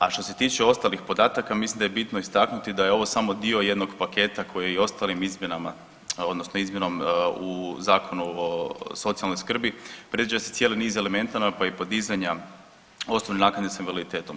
A što se tiče ostalih podataka, mislim da je bitno istaknuti da je ovo samo dio jednog paketa koji i ostalim izmjenama odnosno izmjenom u Zakonu o socijalnoj skrbi predviđa se cijeli niz ... i podizanja osnovne naknade s invaliditetom.